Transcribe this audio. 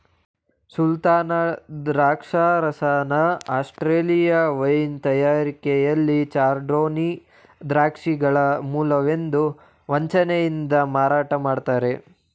ಸುಲ್ತಾನ ದ್ರಾಕ್ಷರಸನ Australia wine ತಯಾರಿಕೆಲಿ chardonnay ದ್ರಾಕ್ಷಿಗಳ ಮೂಲವೆಂದು ವಂಚನೆಯಿಂದ ಮಾರಾಟ ಮಾಡ್ತರೆ